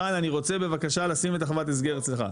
רן אני רוצה בבקשה לשים את החוות הסגר אצלך?